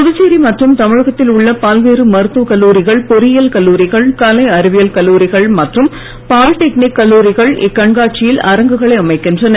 புதுச்சேரி மற்றும் தமிழகத்தில் உள்ள பல்வேறு மருத்துவ கல்லூரிகள் பொறியியல் கல்லூரிகள் கலை அறிவியல் கல்லூரிகள் மற்றும் பாலிடெக்னிக் கல்லூரிகள் இக்கண்காட்சியில் அரங்குகளை அமைக்கின்றன